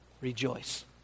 Rejoice